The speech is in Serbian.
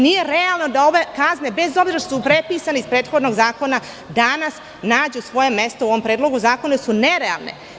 Nije realno da ove kazne, bez obzira što su prepisane iz prethodnog zakona, danas nađu svoje mesto u ovom predlogu zakona, jer su nerealne.